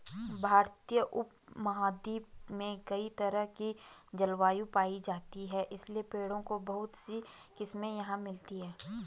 भारतीय उपमहाद्वीप में कई तरह की जलवायु पायी जाती है इसलिए पेड़ों की बहुत सी किस्मे यहाँ मिलती हैं